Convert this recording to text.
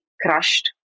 crushed